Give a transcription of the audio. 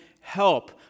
help